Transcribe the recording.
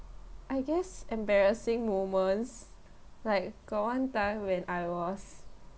I guess embarrassing moments like got one time when I was